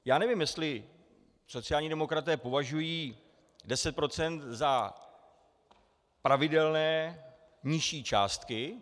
Já nevím, jestli sociální demokraté považují 10 % za pravidelné nižší částky.